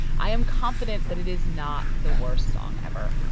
i am confident that it is not the worst song ever.